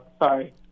sorry